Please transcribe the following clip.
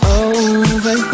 over